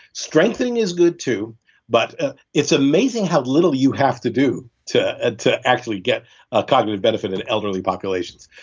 strengthen is good too but it's amazing how little you have to do to and to actually get a cognitive benefit in elderly populations.